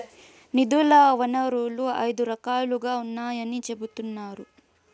నిధుల వనరులు ఐదు రకాలుగా ఉన్నాయని చెబుతున్నారు